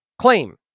claim